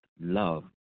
love